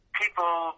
people